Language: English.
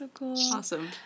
awesome